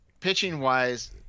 pitching-wise